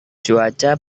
cuaca